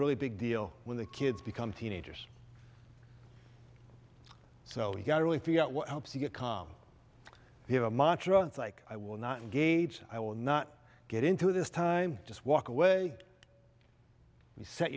really big deal when the kids become teenagers so you've got to really figure out what helps you get calm you have a macho it's like i will not engage i will not get into this time just walk away you set